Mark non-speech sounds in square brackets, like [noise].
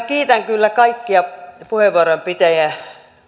[unintelligible] kiitän kyllä kaikkia puheenvuoron pitäjiä